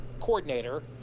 coordinator